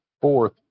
fourth